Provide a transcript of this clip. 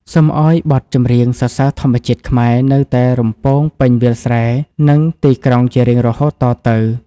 សូមឱ្យបទចម្រៀងសរសើរធម្មជាតិខ្មែរ នៅតែរំពងពេញវាលស្រែ និងទីក្រុងជារៀងរហូតតទៅ។